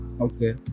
okay